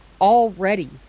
already